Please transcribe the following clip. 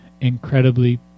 incredibly